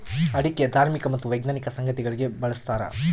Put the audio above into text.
ಅಡಿಕೆ ಧಾರ್ಮಿಕ ಮತ್ತು ವೈಜ್ಞಾನಿಕ ಸಂಗತಿಗಳಿಗೆ ಬಳಸ್ತಾರ